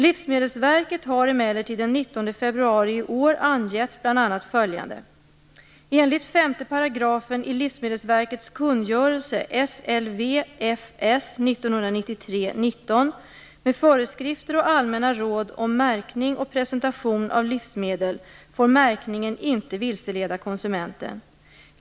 Livsmedelsverket har emellertid den 19 februari i år bl.a. angivit följande: FS 1993:19) med föreskrifter och allmänna råd om märkning och presentation av livsmedel, får märkningen inte vilseleda konsumenten.